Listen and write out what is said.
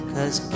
Cause